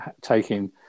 taking